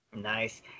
Nice